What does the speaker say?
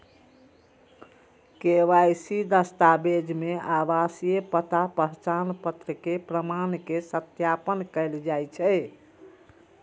KYC दस्तावेज मे आवासीय पता, पहचान पत्र के प्रमाण के सत्यापन कैल जाइ छै